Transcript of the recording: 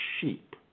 sheep